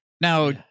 now